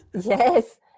yes